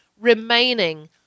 remaining